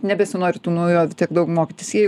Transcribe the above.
nebesinori tų naujovių tiek daug mokytis jie jau